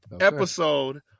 episode